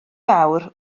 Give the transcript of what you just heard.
fawr